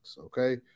okay